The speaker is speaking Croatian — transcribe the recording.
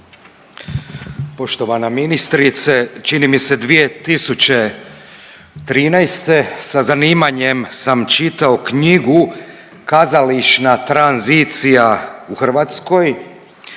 Poštovana ministrice. Čini mi se 2013. sa zanimanjem sam čitao knjigu „Kazališna tranzicija u Hrvatskoj“